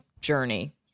journey